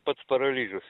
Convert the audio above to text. pats paralyžius